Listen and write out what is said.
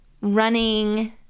running